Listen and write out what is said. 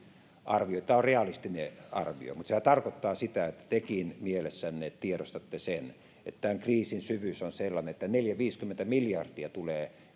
tämä on realistinen arvio mutta sehän tarkoittaa sitä että tekin mielessänne tiedostatte sen että tämän kriisin syvyys on sellainen että neljäkymmentä viiva viisikymmentä miljardia tulee